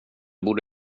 måste